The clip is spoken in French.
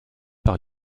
par